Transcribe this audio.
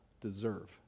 deserve